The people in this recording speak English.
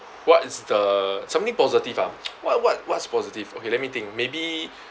what is the something positive ah what what what's positive okay let me think maybe